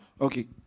Okay